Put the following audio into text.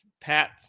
Pat